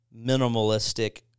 minimalistic